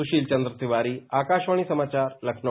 सुशील चन्द्र तिवारी आकाशवाणी समाचार लखनऊ